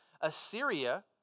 Assyria